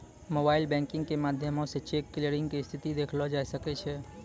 mobile banking के माध्यमो से चेक क्लियरिंग के स्थिति देखलो जाय सकै छै